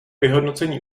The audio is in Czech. vyhodnocení